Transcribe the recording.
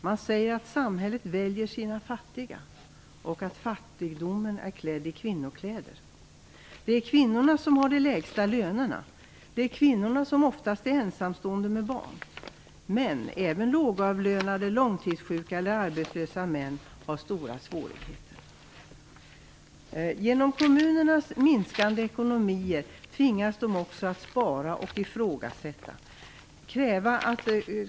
Man säger att samhället väljer sina fattiga och att fattigdomen är klädd i kvinnokläder. Det är kvinnorna som har de lägsta lönerna. Det är kvinnorna som oftast är ensamstående med barn. Men även lågavlönade långtidssjuka eller arbetslösa män har stora svårigheter. Genom kommunernas minskande ekonomier tvingas de också att spara och ifrågasätta.